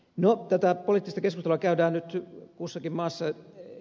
no tätä poliittista keskustelua käydään nyt kussakin maassa